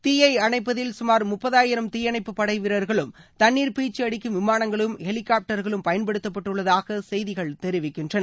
தீயை அணைப்பதில் சுமார் முப்பதாயிரம் தீயணைப்பு படை வீரர்களும் தண்ணீர் பீய்ச்சி அடிக்கும் விமானங்களும் ஹெலிகாப்படர்களும் பயன்படுத்தப்பட்டுள்ளதாக செய்திகள் தெரிவிக்கின்றன